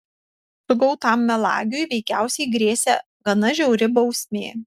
sugautam melagiui veikiausiai grėsė gana žiauri bausmė